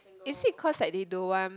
is it cause like they don't want